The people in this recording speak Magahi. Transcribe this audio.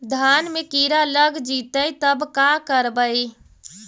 धान मे किड़ा लग जितै तब का करबइ?